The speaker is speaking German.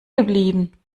geblieben